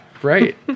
Right